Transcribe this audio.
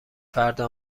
فردا